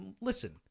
Listen